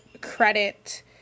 credit